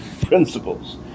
principles